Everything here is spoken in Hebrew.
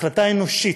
החלטה אנושית.